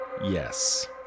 yes